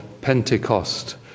Pentecost